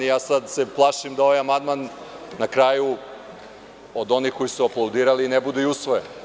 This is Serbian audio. Sada se plašim da ovaj amandman na kraju od onih koji su aplaudirali ne bude i usvojen.